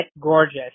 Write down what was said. gorgeous